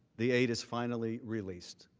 the aid is finally released.